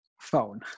phone